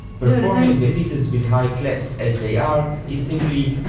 performing the pieces with high-clefs as they are is simply,